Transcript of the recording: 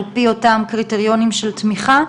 על פי אותם קריטריונים של תמיכה,